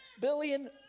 billion